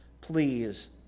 please